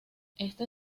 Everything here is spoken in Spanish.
esta